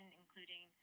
including